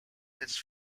his